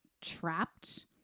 trapped